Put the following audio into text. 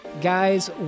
Guys